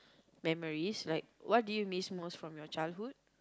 memories like what do you miss most from your childhood